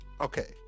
okay